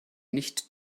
nicht